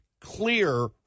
clear